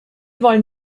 wollen